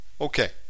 Okay